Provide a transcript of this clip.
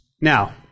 Now